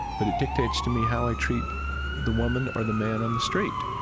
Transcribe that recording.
but it dictates to me how i treat the woman or the man on the street